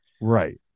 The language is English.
right